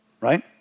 right